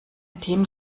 themen